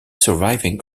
surviving